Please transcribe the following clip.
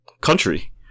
country